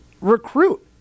recruit